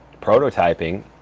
prototyping